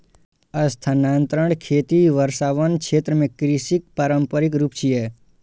स्थानांतरण खेती वर्षावन क्षेत्र मे कृषिक पारंपरिक रूप छियै